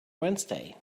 wednesday